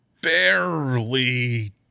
barely